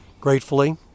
Gratefully